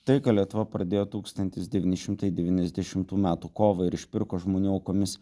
tai ką lietuva pradėjo tūkstantis devyni šimtai devyniasdešimtų metų kovą ir išpirko žmonių aukomis